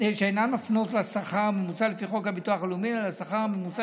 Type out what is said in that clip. לשכר הממוצע